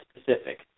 specific